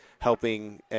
helping